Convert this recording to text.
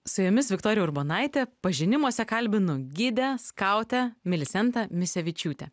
su jumis viktorija urbonaitė pažinimuose kalbinu gidę skautę milisentą misevičiūtė